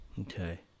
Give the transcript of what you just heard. Okay